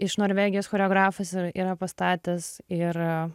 iš norvegijos choreografas yra pastatęs ir